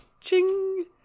ching